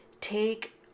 take